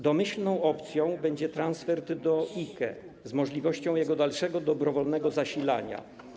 Domyślną opcją będzie transfer do IKE z możliwością jego dalszego dobrowolnego zasilania.